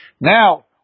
Now